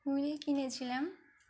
wheel কিনেছিলাম